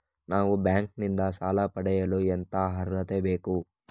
ನಾವು ಬ್ಯಾಂಕ್ ನಿಂದ ಸಾಲ ಪಡೆಯಲು ಎಂತ ಅರ್ಹತೆ ಬೇಕು?